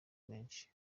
menshi